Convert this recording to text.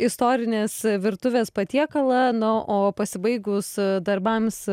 istorinės virtuvės patiekalą na o pasibaigus darbams